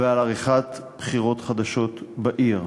ועל עריכת בחירות חדשות בעיר.